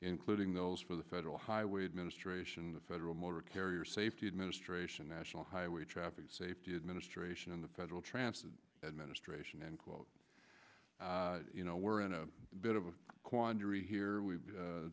including those for the federal highway administration the federal motor carrier safety administration national highway traffic safety administration and the federal transfer administration end quote you know we're in a bit of a quandary here